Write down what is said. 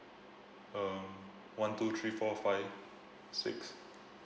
uh one two three four five six